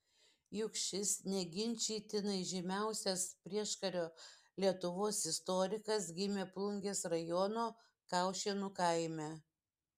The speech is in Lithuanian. juk šis neginčytinai žymiausias prieškario lietuvos istorikas gimė plungės rajono kaušėnų kaime